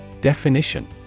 Definition